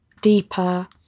deeper